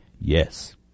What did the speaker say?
yes